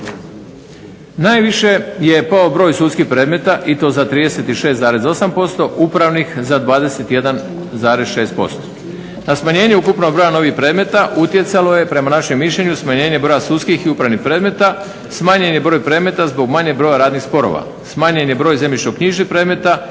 Najviše je pao broj sudskih predmeta i to za 36,8%, upravnih za 21,6%. Na smanjenje ukupnog broja novih predmeta utjecalo je prema našem mišljenju smanjenje broja sudskih i upravnih predmeta, smanjen je broj predmeta zbog manjeg broja radnih sporova, smanjen je broj zemljišno-knjižnih predmeta